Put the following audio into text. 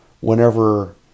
whenever